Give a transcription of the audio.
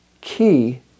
key